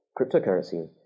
cryptocurrency